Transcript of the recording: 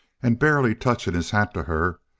and barely touching his hat to her,